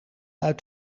uit